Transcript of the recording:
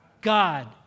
God